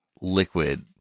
liquid